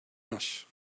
das